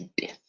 death